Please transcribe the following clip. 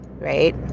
Right